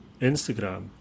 Instagram